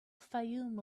fayoum